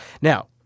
Now